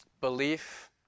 belief